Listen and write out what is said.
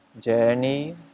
journey